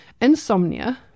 insomnia